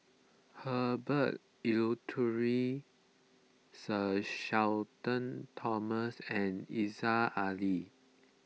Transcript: Herbert Eleuterio Sir Shenton Thomas and Aziza Ali